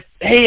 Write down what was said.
hey